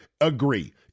agree